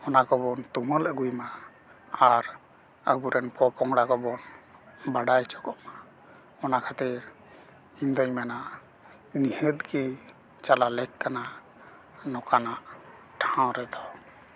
ᱚᱱᱟ ᱠᱚᱵᱚᱱ ᱛᱩᱢᱟᱹᱞ ᱟᱜᱩᱭ ᱢᱟ ᱟᱨ ᱟᱵᱚᱨᱮᱱ ᱯᱚᱸ ᱯᱚᱝᱲᱟ ᱠᱚᱵᱚᱱ ᱵᱟᱰᱟᱭ ᱪᱚ ᱠᱚᱢᱟ ᱚᱱᱟ ᱠᱷᱟᱹᱛᱤᱨ ᱤᱧ ᱫᱚᱹᱧ ᱢᱮᱱᱟ ᱱᱤᱦᱟᱹᱛ ᱜᱮ ᱪᱟᱞᱟᱜ ᱞᱮᱠ ᱠᱟᱱᱟ ᱱᱚᱠᱟᱱᱟᱜ ᱴᱷᱟᱶ ᱨᱮᱫᱚ